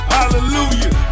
Hallelujah